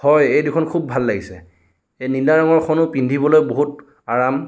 হয় এইদুখন খুব ভাল লাগিছে এই নীলা ৰঙৰখনো পিন্ধিবলৈ বহুত আৰাম